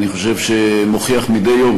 ואני חושב שהוא מוכיח מדי יום,